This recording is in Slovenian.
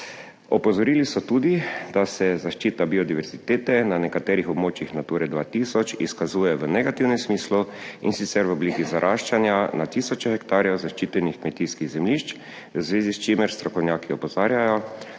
Opozorili so tudi, da se zaščita biodiverzitete na nekaterih območjih Nature 2000 izkazuje v negativnem smislu, in sicer v obliki zaraščanja na tisoče hektarjev zaščitenih kmetijskih zemljišč, v zvezi s čimer strokovnjaki opozarjajo,